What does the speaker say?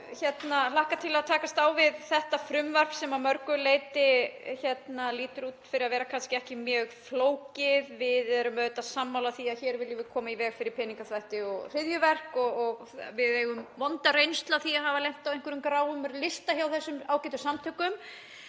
hlakka til að takast á við þetta frumvarp sem að mörgu leyti lítur kannski út fyrir að vera ekki mjög flókið. Við erum auðvitað sammála því að hér viljum við koma í veg fyrir peningaþvætti og hryðjuverk. Við höfum vonda reynslu af því að hafa lent á einhverjum gráum lista hjá þessum ágætu samtökum.